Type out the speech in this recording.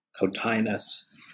cotinus